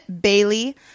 Bailey